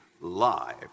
live